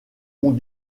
ont